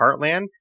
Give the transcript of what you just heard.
Heartland